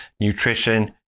nutrition